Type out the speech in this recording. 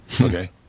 Okay